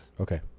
Okay